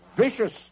Vicious